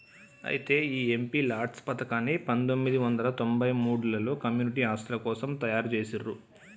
అయితే ఈ MP LADS పథకాన్ని పందొమ్మిది వందల తొంభై మూడులలో కమ్యూనిటీ ఆస్తుల కోసం తయారు జేసిర్రు